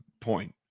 point